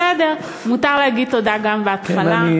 בסדר, מותר להגיד תודה גם בהתחלה.